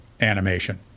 animation